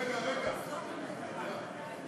רגע, רגע,